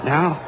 Now